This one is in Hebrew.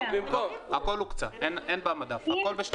הכול הוקצה, אין במדף הכול בשלבים.